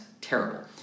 terrible